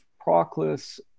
Proclus